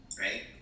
right